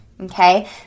Okay